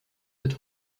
wird